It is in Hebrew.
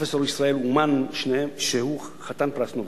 ופרופסור ישראל אומן, שהוא חתן פרס נובל.